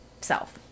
self